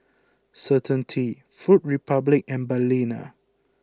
Certainty Food Republic and Balina